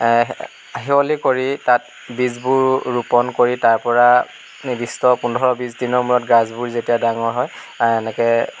সিয়লি কৰি তাত বীজবোৰ ৰোপণ কৰি তাৰ পৰা নিৰ্দিষ্ট পোন্ধৰ বিছদিনৰ মূৰত গাজবোৰ যেতিয়া ডাঙৰ হয় এনেকৈ